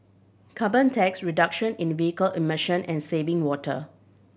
carbon tax reduction in vehicle emission and saving water